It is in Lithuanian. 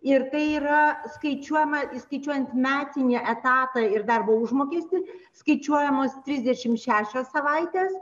ir tai yra skaičiuojama įskaičiuojant metinį etatą ir darbo užmokestį skaičiuojamos trisdešim šešios savaites